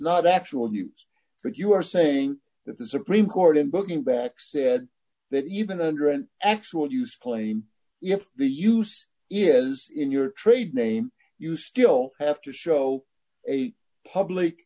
not actually what you are saying that the supreme court of booking back said that even under an actual use claim if the use is in your trade name you still have to show a public